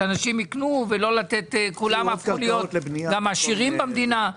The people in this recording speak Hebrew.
שאנשים יקנו וכולם יהפכו להיות עשירים במדינה.